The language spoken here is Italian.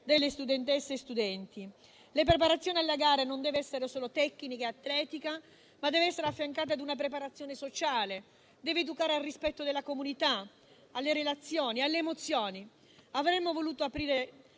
delle studentesse e degli studenti. La preparazione alla gara non deve essere solo tecnica ed atletica, ma deve essere affiancata ad una preparazione sociale, deve educare al rispetto della comunità, alle relazioni, alle emozioni. Avremmo voluto aprire